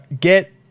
get